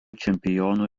čempionų